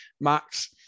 Max